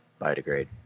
biodegrade